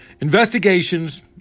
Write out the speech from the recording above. Investigations